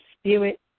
Spirit